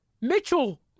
Mitchell